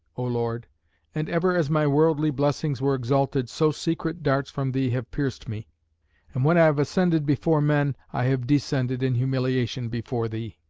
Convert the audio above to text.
o lord and ever as my worldly blessings were exalted, so secret darts from thee have pierced me and when i have ascended before men, i have descended in humiliation before thee.